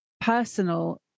personal